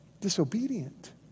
disobedient